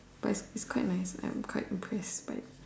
but its its quite nice I am quite impressed by it